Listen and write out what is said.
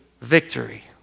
victory